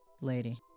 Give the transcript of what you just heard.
lady